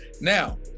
Now